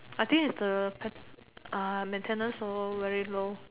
I think is the mainte~ ah maintenance all very low